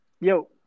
Yo